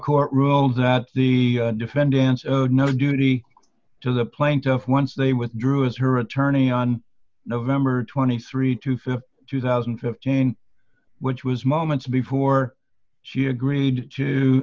court ruled that the defendants of had no duty to the plaintiff once they withdrew his her attorney on november twenty three to fifty two thousand and fifteen which was moments before she agreed to